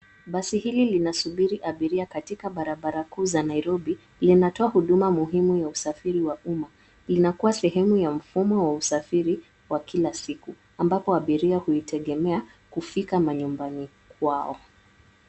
Basi hili linasubiri abiria katika barabara kuu za Nairobi; linatoa huduma muhimu ya usafiri wa umma. Inakuwa sehemu ya mfumo wa usafiri wa kila siku, ambapo abiria huitegemea kufika manyumbani kwao.